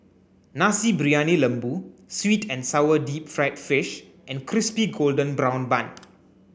Nasi Briyani Lembu Sweet and sour deep fried fish and crispy golden brown bun